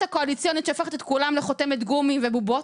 הקואליציונית שהופכת את כולם לחותמת גומי ובובות,